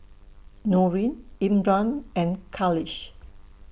Nurin Imran and Khalish